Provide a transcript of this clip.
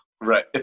Right